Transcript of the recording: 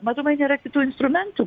matomai nėra kitų instrumentų